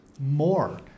more